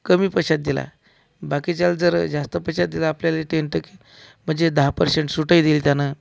कमी पैशात दिला बाकीच्याला जर जास्त पैशात दिला आपल्याला टेन टक्के म्हणजे दहा परसेंट सूटही दिली त्यानं